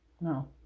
No